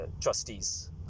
trustees